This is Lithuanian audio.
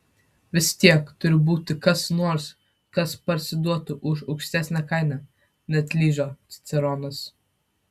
vis tiek turi būti kas nors kas parsiduotų už aukštesnę kainą neatlyžo ciceronas